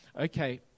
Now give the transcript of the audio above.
okay